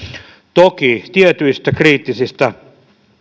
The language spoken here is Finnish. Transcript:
toki tietyistä kriittisistä